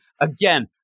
again